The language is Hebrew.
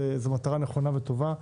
זו מטרה נכונה וטובה,